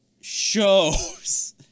shows